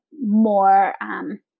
more